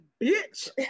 bitch